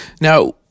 Now